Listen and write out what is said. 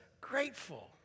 grateful